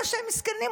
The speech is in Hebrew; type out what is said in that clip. בגלל שהם מסכנים,